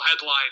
headline